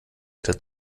wieder